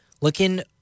Looking